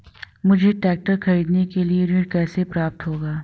मुझे ट्रैक्टर खरीदने के लिए ऋण कैसे प्राप्त होगा?